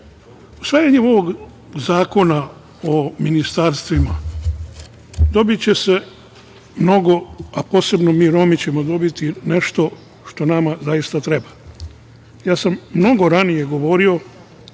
kolega. Usvajanjem ovog Zakona o ministarstvima, dobiće se mnogo, a posebno mi Romi ćemo dobiti nešto što nama zaista treba. Mnogo ranije sam govorio